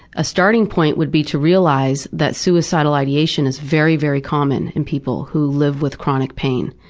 a starting point would be to realize that suicidal ideation is very, very common in people who live with chronic pain,